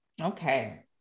Okay